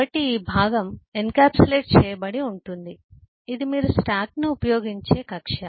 కాబట్టి ఈ భాగం ఎన్క్యాప్సులేట్ చేయబడి ఉంటుంది మరియు ఇది మీరు స్టాక్ను ఉపయోగించే కక్ష్య